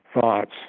thoughts